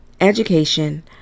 education